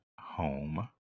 home